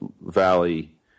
valley